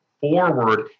forward